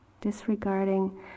Disregarding